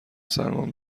سلمان